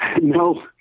No